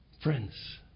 Friends